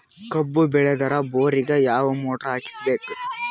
ಕಬ್ಬು ಬೇಳದರ್ ಬೋರಿಗ ಯಾವ ಮೋಟ್ರ ಹಾಕಿಸಬೇಕು?